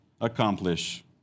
accomplish